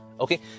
okay